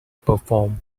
perform